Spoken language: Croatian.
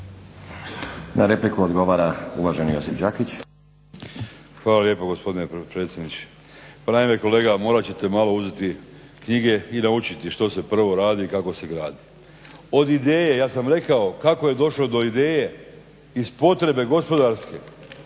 Na repliku odgovara uvaženi Josip Đakić. **Đakić, Josip (HDZ)** Hvala lijepo gospodine potpredsjedniče. Pa naime kolega morat ćete malo uzeti knjige i naučiti što se prvo radi i kako se gradi. Od ideje ja sam rekao kako je došlo do ideje iz potrebe gospodarske